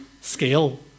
scale